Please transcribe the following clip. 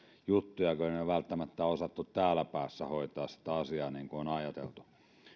juttuja kun ei välttämättä ole osattu täällä päässä hoitaa sitä asiaa niin kuin on ajateltu